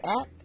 app